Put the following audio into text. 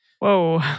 Whoa